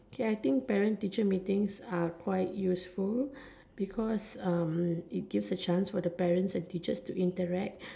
okay I think parent teacher meetings are quite useful because um it gives a chance for the parents and teachers to interact